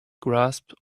grasp